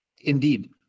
indeed